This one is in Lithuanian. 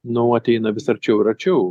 nu ateina vis arčiau ir arčiau